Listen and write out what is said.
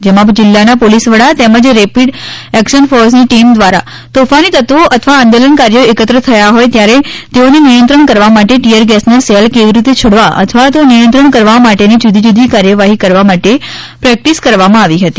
જેમાં જિલ્લાના પોલીસ વડા તેમજ રેપીડ એક્સન ફોર્સની ટીમ દ્વારા તોફાની તત્વો અથવા આંદોલનકારીઓ એકત્ર થયા હોય ત્યારે તેઓને નિયંત્રણ કરવા માટે ટીયરગેસના સેલ કેવી રીતે છોડવા અથવા તો નિયંત્રણ કરવા માટેની જુદી જુદી કાર્યવાહી કરવા માટે પ્રેક્ટીસ કરવામાં આવી હતી